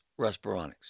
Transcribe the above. Respironics